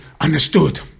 understood